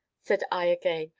said i again,